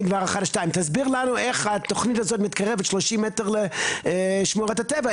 תסביר לנו איך התוכנית הזאת מתקרבת 30 מטר לשמורת הטבע,